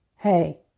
Hey